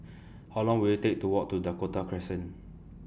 How Long Will IT Take to Walk to Dakota Crescent